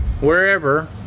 Wherever